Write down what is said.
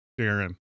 darren